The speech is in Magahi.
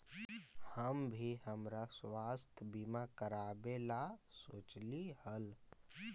हम भी हमरा स्वास्थ्य बीमा करावे ला सोचली हल